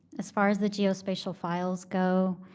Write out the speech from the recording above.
as far as the geospatial files go,